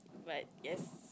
but yes